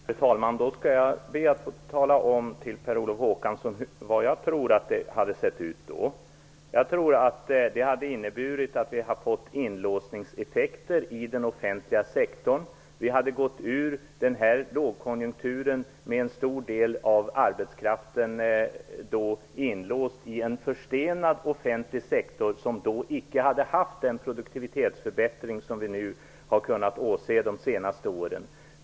Herr talman! Då skall jag tala om för Per Olof Håkansson hur jag tror att det hade sett ut då. Jag tror att det hade inneburit att vi hade fått inlåsningseffekter i den offentliga sektorn och att vi hade gått ur den här lågkonjunkturen med en stor del av arbetskraften inlåst i en förstenad offentlig sektorn, som då inte hade haft den produktivitetsförbättring som vi har kunnat åse under de senaste åren.